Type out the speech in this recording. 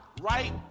right